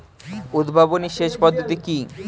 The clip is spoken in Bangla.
উদ্ভাবনী সেচ পদ্ধতি কি?